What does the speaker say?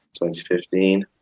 2015